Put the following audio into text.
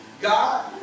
God